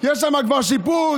יש שם כבר שיפוץ,